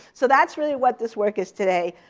so that's really what this work is today,